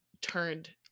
turned